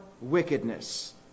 wickedness